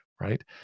right